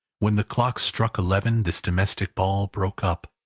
when the clock struck eleven, this domestic ball broke up.